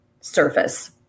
surface